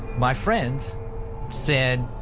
my friends said,